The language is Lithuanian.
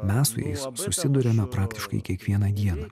mes su jais susiduriame praktiškai kiekvieną dieną